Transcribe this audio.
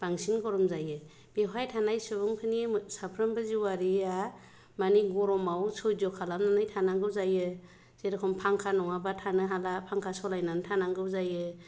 बांसिन गरम जायो बेवहाय थानाय सुबुंफोरनि सानफ्रोमबो जिउआरिआ माने गरमाव सैज' खालामनानै थानांगौ जायो जेरखम फांखा नङाब्ला थानो हाला फांखा सलायनानै थानांगौ जायो